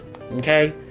Okay